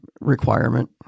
requirement